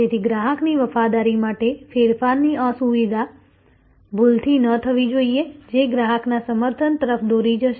તેથી ગ્રાહકની વફાદારી માટે ફેરફારની અસુવિધા ભૂલથી ન હોવી જોઈએ જે ગ્રાહકના સમર્થન તરફ દોરી જશે